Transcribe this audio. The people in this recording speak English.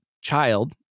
child